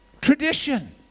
Tradition